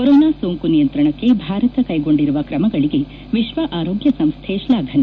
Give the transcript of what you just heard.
corona ಸೋಂಕು ನಿಯಂತ್ರಣಕ್ಕೆ ಭಾರತ ಕೈಗೊಂಡಿರುವ ಕ್ರಮಗಳಿಗೆ ವಿಶ್ವ ಆರೋಗ್ಯ ಸಂಸ್ಥೆ ಶ್ಲಾಫನೆ